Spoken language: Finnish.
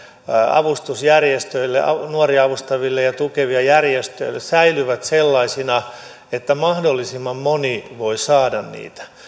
avustusjärjestöille nuoria avustaville ja tukeville järjestöille säilyvät sellaisina että mahdollisimman moni voi saada niitä